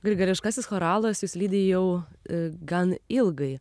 grigališkasis choralas jus lydi jau gan ilgai